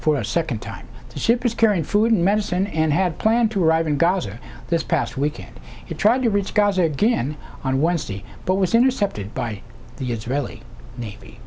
for a second time the ship is carrying food and medicine and had planned to arrive in gaza this past weekend it tried to reach gaza again on wednesday but was intercepted by the israeli navy